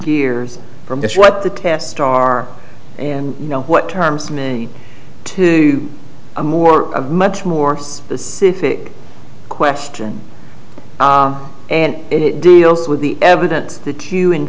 gears from this what the test star and you know what terms me to a more much more specific question and it deals with the evidence that you in